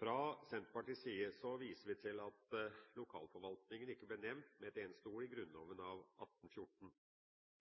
Fra Senterpartiets side viser vi til at lokalforvaltningen ikke ble nevnt med et eneste ord i Grunnloven av 1814.